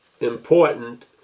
important